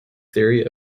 theory